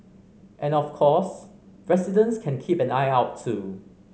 and of course residents can keep an eye out too